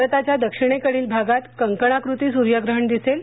भारताच्या दक्षिणेकडील भागात कंकणाकृती सूर्यग्रहण दिसेल